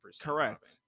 Correct